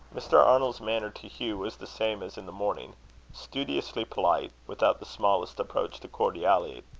mr. arnold's manner to hugh was the same as in the morning studiously polite, without the smallest approach to cordiality.